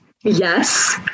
yes